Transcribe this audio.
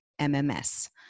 MMS